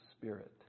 Spirit